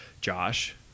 Josh